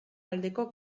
aldeko